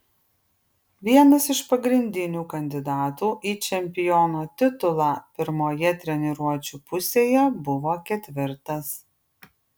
vienas iš pagrindinių kandidatų į čempiono titulą pirmoje treniruočių pusėje buvo ketvirtas